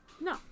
No